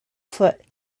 foot